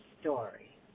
story